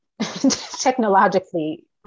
technologically